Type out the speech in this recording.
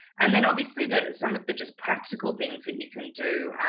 and then obviously, that some of the just practical things that you can do,